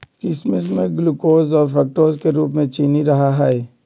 किशमिश में ग्लूकोज और फ्रुक्टोज के रूप में चीनी रहा हई